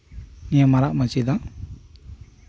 ᱱᱤᱭᱟᱹ ᱢᱟᱨᱟᱜ ᱢᱟᱹᱪᱤ ᱫᱚ